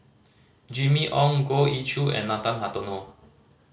Jimmy Ong Goh Ee Choo and Nathan Hartono